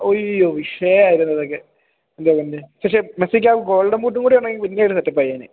അയ്യോ വിഷയമായിരുന്നു അതൊക്കെ എൻ്റെ പൊന്നേ പക്ഷേ മെസ്സിക്കാ ഗോൾഡൻ ബൂട്ടുംകൂടി ഉണ്ടെങ്കിൽ വലിയൊരു സെറ്റപ്പ് ആയേനെ